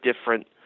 different